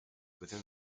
within